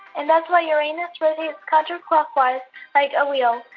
and that's why uranus rotates counter-clockwise like a wheel.